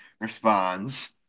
responds